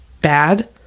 bad